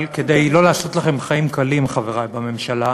אבל כדי לא לעשות לכם חיים קלים, חברי בממשלה,